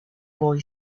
boy